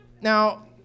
Now